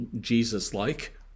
jesus-like